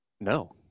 no